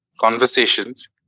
conversations